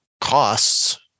costs